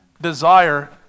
desire